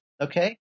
Okay